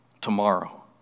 tomorrow